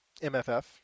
MFF